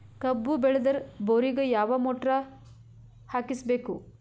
ಕಬ್ಬು ಬೇಳದರ್ ಬೋರಿಗ ಯಾವ ಮೋಟ್ರ ಹಾಕಿಸಬೇಕು?